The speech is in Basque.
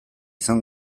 izan